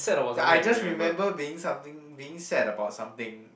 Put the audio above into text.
that I just remember being something being sad about something